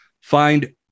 Find